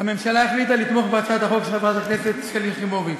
הממשלה החליטה לתמוך בהצעת החוק של חברת הכנסת שלי יחימוביץ.